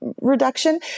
reduction